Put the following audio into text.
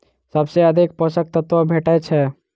सबसँ अधिक पोसक तत्व भेटय छै?